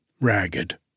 ragged